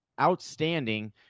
outstanding